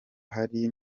hari